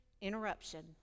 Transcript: interruption